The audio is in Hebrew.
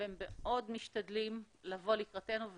והם מאוד משתדלים לבוא לקראתנו.